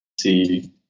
see